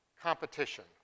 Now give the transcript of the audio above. Competition